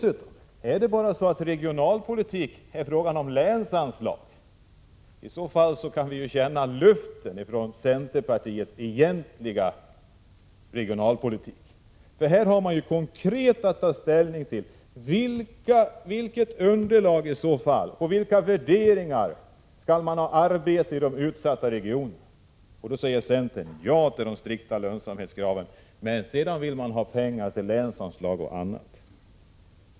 Anser centern att regionalpolitiken bara är en fråga om länsanslag? I så fall kan vi ana oss till vilken centerns egentliga regionalpolitik är. Här har man att konkret ta ställning till på vilket underlag och efter vilka värderingar befolkningen i de utsatta regionerna skall få arbete. I det läget säger centern ja till de strikta lönsamhetskraven, medan man i andra sammanhang vill ha pengar till länsanslag och annat.